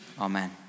Amen